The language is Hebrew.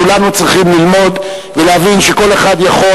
כולנו צריכים ללמוד ולהבין שכל אחד יכול